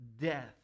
death